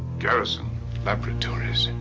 garrison laboratories.